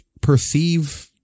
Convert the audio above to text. perceive